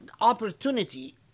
opportunity